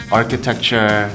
architecture